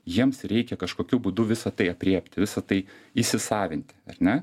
jiems reikia kažkokiu būdu visa tai aprėpti visą tai įsisavinti ne